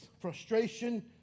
frustration